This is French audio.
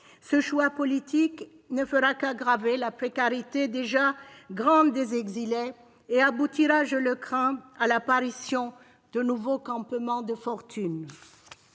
Ce choix politique ne fera qu'aggraver la précarité déjà grande des exilés et aboutira, je le crains, à l'apparition de nouveaux campements de fortune.